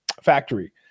factory